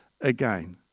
again